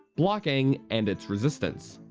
blocking, and its resistance.